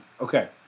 okay